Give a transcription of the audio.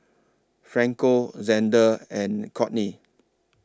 Franco Zander and Courtney